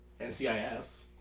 NCIS